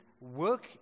work